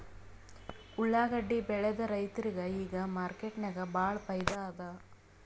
ಉಳ್ಳಾಗಡ್ಡಿ ಬೆಳದ ರೈತರಿಗ ಈಗ ಮಾರ್ಕೆಟ್ನಾಗ್ ಭಾಳ್ ಫೈದಾ ಅದಾ